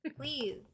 Please